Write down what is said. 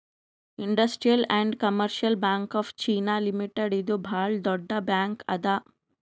industrial and commercial bank of China limited ಇದು ಭಾಳ್ ದೊಡ್ಡ ಬ್ಯಾಂಕ್ ಅದಾ